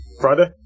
Friday